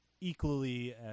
Equally